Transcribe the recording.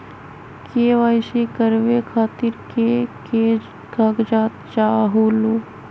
KYC करवे खातीर के के कागजात चाहलु?